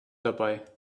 dabei